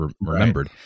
remembered